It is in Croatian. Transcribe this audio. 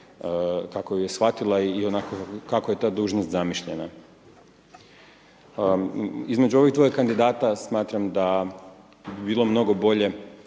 kako ju je shvatila i onako kako je ta dužnost zamišljena. Između ovih dvoje kandidata smatram da bi bilo mnogo bolje